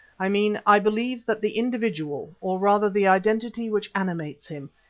i mean i believe that the individual, or rather the identity which animates him,